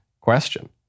question